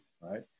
right